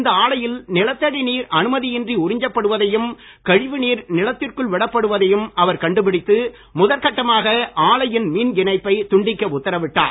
இந்த ஆலையில் நிலத்தடி நீர் அனுமதியின்றி உறிஞ்சப்படுவதையும் கழிவுநீர் நிலத்திற்குள் விடப்படுவதையும் அவர் கண்டுபிடித்து முதல் கட்டமாக ஆலையின் மின் இணைப்பை துண்டிக்க உத்தரவிட்டார்